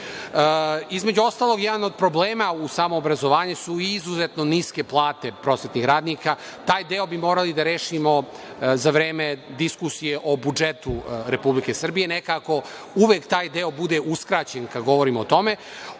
Između ostalog jedan od problema u samom obrazovanju su i izuzetno niske plate prosvetnih radnika. Taj deo bi morali da rešimo za vreme diskusije o budžetu Republike Srbije, nekako uvek taj deo bude uskraćen kada govorimo o tome.